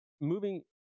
moving